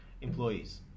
employees